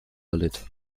erlitt